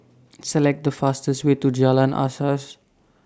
Select The fastest Way to Jalan Asas